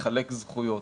לחלק זכויות,